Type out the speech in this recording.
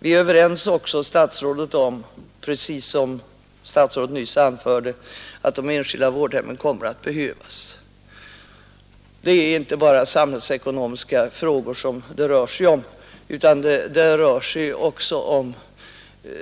Vi är också, statsrådet och jag, överens om att de enskilda vårdhemmen kommer att behövas, som statsrådet nyss anförde. Det är inte bara samhällsekonomiska frågor som det rör sig om, utan det rör sig också om